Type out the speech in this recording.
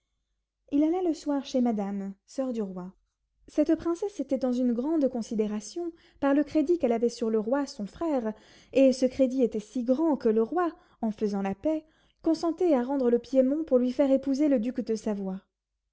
il alla le soir chez madame soeur du roi cette princesse était dans une grande considération par le crédit qu'elle avait sur le roi son frère et ce crédit était si grand que le roi en faisant la paix consentait à rendre le piémont pour lui faire épouser le duc de savoie